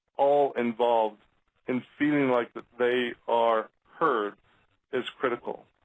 all involved and feeling like they are heard is critical.